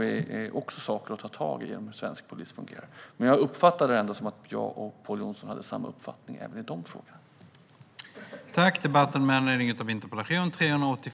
Vi har alltså saker att ta tag i vad gäller hur svensk polis fungerar, men jag uppfattar det ändå som att jag och Pål Jonson har samma uppfattning även i de frågorna.